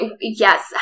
Yes